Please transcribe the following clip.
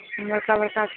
बड़का बड़का